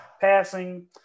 passing